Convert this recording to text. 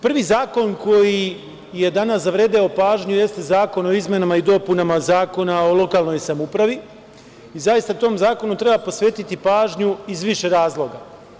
Prvi zakon koji je danas zavredeo pažnju jeste Zakon o izmenama i dopunama Zakona o lokalnoj samoupravi i zaista tom zakonu treba posvetiti pažnju iz više razloga.